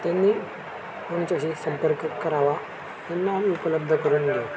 त्यांनी आमच्याशी संपर्क करावा त्यांना आम्ही उपलब्ध करून देऊ